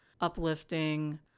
uplifting